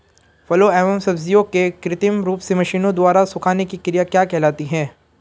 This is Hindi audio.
फलों एवं सब्जियों के कृत्रिम रूप से मशीनों द्वारा सुखाने की क्रिया क्या कहलाती है?